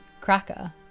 cracker